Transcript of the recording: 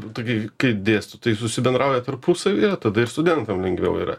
kai dėstytojai susibendrauja tarpusavyje tada ir studentam lengviau yra